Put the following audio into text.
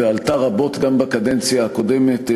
ועלתה רבות גם בקדנציה הקודמת,